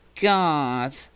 god